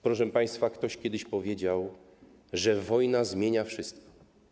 Proszę państwa, ktoś kiedyś powiedział, że wojna zmienia wszystko.